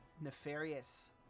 nefarious